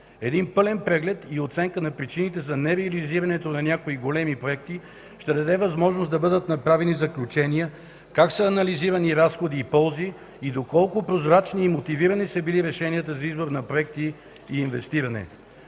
Един пълен преглед и оценка на причините за нереализирането на някои големи проекти ще даде възможност да бъдат направени заключения как са анализирани разходи и ползи и доколко прозрачни и мотивирани са били решенията за избор на проекти и инвестиране.